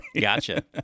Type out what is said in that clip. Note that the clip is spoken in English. Gotcha